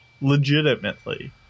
legitimately